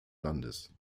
landes